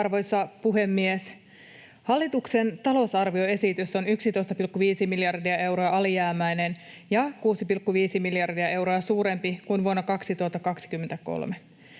Arvoisa puhemies! Hallituksen talousarvioesitys on 11,5 miljardia euroa alijäämäinen ja 6,5 miljardia euroa suurempi kuin vuonna 2023,